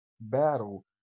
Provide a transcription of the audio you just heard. battle